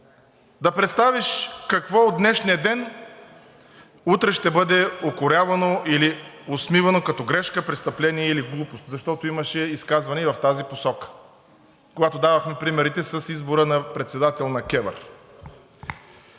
да представиш какво от днешния ден утре ще бъде укорявано или осмивано като грешка, престъпление или глупост, защото имаше изказване и в тази посока, когато давахме примерите с председателя на КЕВР.